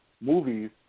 movies